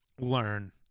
learn